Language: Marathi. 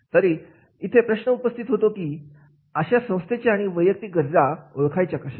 तरी इथे प्रश्न उपस्थित होतो की अशा संस्थेच्या आणि वैयक्तिक गरजा ओळखायच्या कशा